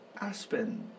Aspen